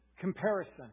comparison